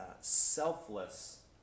selfless